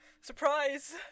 Surprise